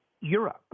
Europe